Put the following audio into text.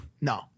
No